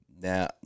Now